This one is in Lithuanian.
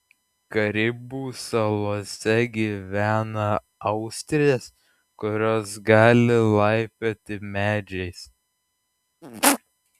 karibų salose gyvena austrės kurios gali laipioti medžiais